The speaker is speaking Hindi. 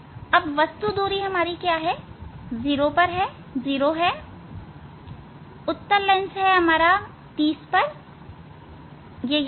अब वस्तु दूरी 0 है उत्तल लेंस 30 पर हैं यह 30 है